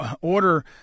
order